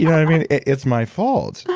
yeah i mean? it's my fault.